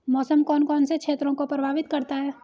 मौसम कौन कौन से क्षेत्रों को प्रभावित करता है?